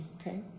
okay